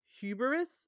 hubris